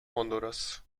honduras